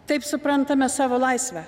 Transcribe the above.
taip suprantame savo laisvę